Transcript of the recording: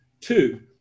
two